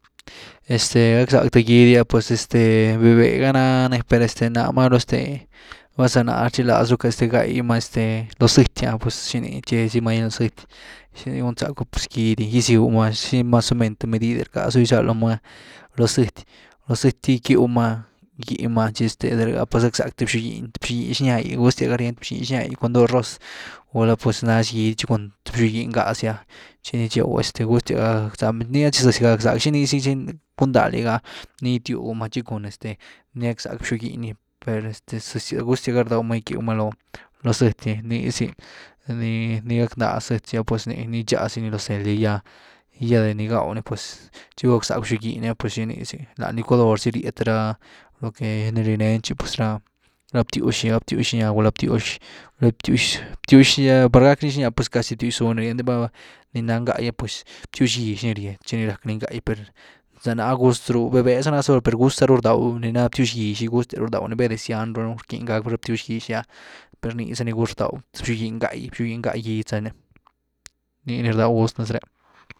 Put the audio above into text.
Este gack zack th gidy’ah pues este véh-véh ga nani per este náh maru este val za náh’re rchigláz-rëcka gái’má este loo zëty ah pues ¿xini?, tche zy ma lo zëty xini gúzacku pues gidy gisügú ma, shi mas o men th medid’e rckazu gyzálu ma lo zëty, lo zëty gyckyw ma, gýh ma, chi este de rh ‘ah pues gackzack th xob-giny, xob-giny xnya’gy gustyas gá ryen, xob-giny xnya cun doo roz, gula pues nax giny tchi cun th xob-giny ngáh zy’a tchi chew, gustyas ga zapni, nii tchi zëzy ga rackzack xinii zy gundá liga ah, nii gitywgu má chi cun este nii gack zack xob-giny gy per este zëzyas, gustyas gá rdaw ma gýw ma lo zëty gy nii zy, ni gack ndaa xëty gy pues ni gytcha zyni loo zëly gy, ya-ya de ni gaw ni, pues tchi valy guckzack xob-giny pues xinii zy lan licuador zy ryét ra lo que nii rie neeny tchi pues ra btywx, btywx xnya, gulá btywx- btywx, btywx gy ah par gackni xnya pues casi btywx-bzuugh ni, enity val nii ná ngá’gy ah pues btywx-gyx ni rye tchi rack nii ngáh gy per za náh gust ru, véh véh za na per gust ru rdaw ni naa btywx-gyx gy, gustyas ru rdaw ni bayde zyanru rquin gack ra btywx-gyx gy’a. per nii zani gust rdaw xob-giny ngáh, xob-giny ngáh gidy zani, nii ni rdaw gust nez ré.